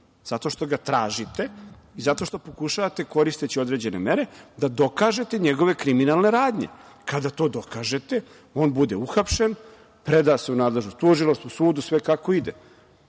zato što ga tražite i zato što pokušavate, koristeći određene mere, da dokažete njegove kriminalne radnje. Kada to dokažete, on bude uhapšen, preda se u nadležno tužilaštvo, sudu, sve kako ide. Niko